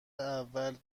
اول